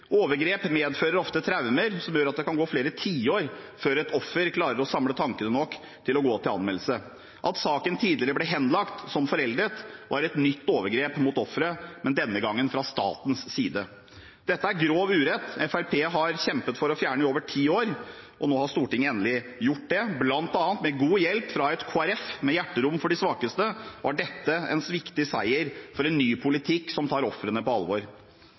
Overgrep medfører ofte traumer som gjør at det kan gå flere tiår før et offer klarer å samle tankene nok til å gå til anmeldelse. At saken tidligere ble henlagt som foreldet, var et nytt overgrep mot offeret, men denne gangen fra statens side. Dette er grov urett som Fremskrittspartiet har kjempet for å fjerne i over ti år, og nå har Stortinget endelig gjort det. Blant annet med god hjelp fra et Kristelig Folkeparti med hjerterom for de svakeste var dette en viktig seier for en ny politikk som tar ofrene på alvor.